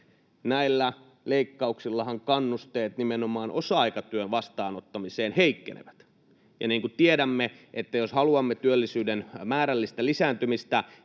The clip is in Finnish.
näillä leikkauksillahan kannusteet nimenomaan osa-aikatyön vastaanottamiseen heikkenevät. Ja niin kuin tiedämme, jos haluamme työllisyyden määrällistä lisääntymistä,